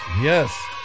yes